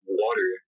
water